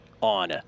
on